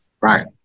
Right